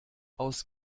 aus